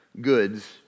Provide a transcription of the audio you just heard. goods